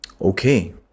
Okay